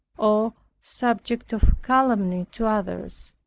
or subject of calumny to others.